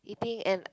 eating and